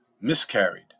miscarried